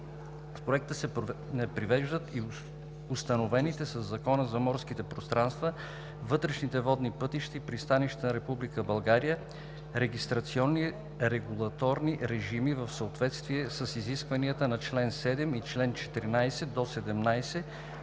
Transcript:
С Проекта се привеждат и установените със Закона за морските пространства, вътрешните водни пътища и пристанищата на Република България регистрационни регулаторни режими в съответствие с изискванията на чл. 7 и чл. 14 – 17